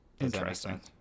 interesting